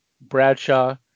Bradshaw